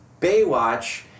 Baywatch